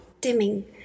Dimming